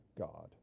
God